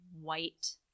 white